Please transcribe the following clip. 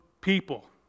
people